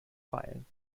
feilen